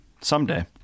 someday